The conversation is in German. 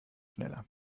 schneller